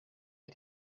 wir